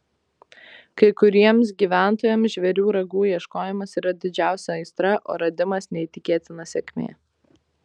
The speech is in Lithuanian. kai kuriems gyventojams žvėrių ragų ieškojimas yra didžiausia aistra o radimas neįtikėtina sėkmė